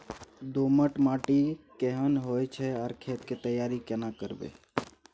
दोमट माटी केहन होय छै आर खेत के तैयारी केना करबै?